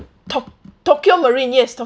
tok~ Tokio Marine yes